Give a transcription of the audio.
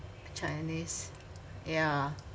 chinese yeah